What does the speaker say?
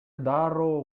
дароо